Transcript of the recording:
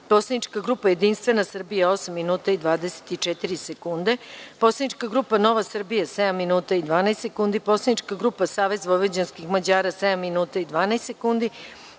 Poslanička grupa Jedinstvena Srbija – 8 minuta i 24 sekunde; Poslanička grupa Nova Srbija – 7 minuta i 12 sekundi; Poslanička grupa Savez vojvođanskih Mađara – 7 minuta i 12 sekundi;